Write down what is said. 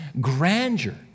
grandeur